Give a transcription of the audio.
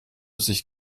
sich